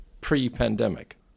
pre-pandemic